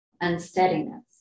unsteadiness